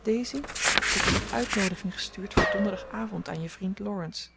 daisy ik heb een uitnoodiging gestuurd voor donderdagavond aan je vriend laurence